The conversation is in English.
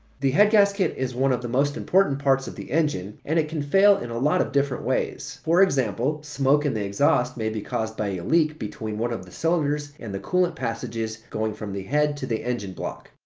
the head gasket is one of the most important parts of the engine and it can fail in a lot of different ways. for example smoke in the exhaust may be caused by a leak between one of the cylinders and the coolant passages going from the head to the engine block.